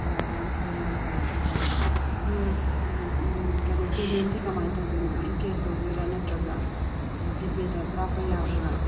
ꯑꯣ ꯌꯥꯝ ꯐꯥꯔꯦ ꯌꯥꯝ ꯐꯥꯔꯦ ꯑꯗꯨ ꯑꯣꯏꯇꯥꯔꯗꯤ ꯑꯗꯣ ꯀꯩꯅꯣ ꯄꯦꯃꯦꯟꯗꯤ ꯀꯃꯥꯏꯅ ꯇꯧꯗꯣꯏꯅꯣ ꯏꯟ ꯀꯦꯁ ꯇꯧꯗꯣꯏꯔꯥ ꯅꯠꯇ꯭꯭ꯔꯒ ꯖꯤ ꯄꯦꯗ ꯀꯥꯞꯄ ꯌꯥꯗꯧꯔꯥ